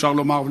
אפשר לומר,